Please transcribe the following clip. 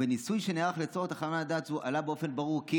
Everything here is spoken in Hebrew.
בניסוי שנערך ליצור את חוות הדעת זו עלה באופן ברור כי